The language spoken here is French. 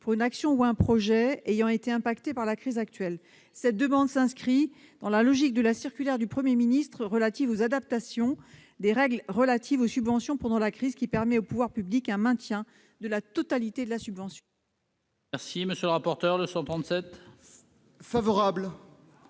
pour une action ou un projet ayant été affecté par la crise actuelle. Cette demande s'inscrit dans la logique de la circulaire du Premier ministre relative aux adaptations des règles relatives aux subventions pendant la crise, qui permet aux pouvoirs publics de maintenir la totalité d'une subvention.